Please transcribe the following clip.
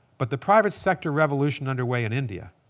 but the private sector revolution underway in india,